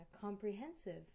comprehensive